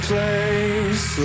place